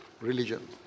religion